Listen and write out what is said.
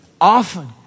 Often